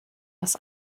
das